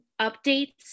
updates